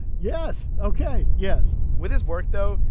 yes. ok. yes with his work, though,